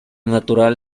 natural